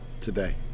today